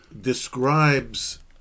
describes